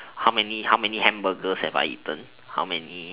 how many how many hamburgers have I eaten how many